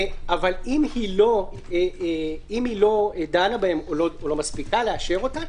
אבל אם היא לא דנה בהן או לא מספיקה לאשר אותן,